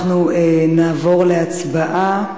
אנחנו נעבור להצבעה.